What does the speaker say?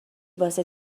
واسه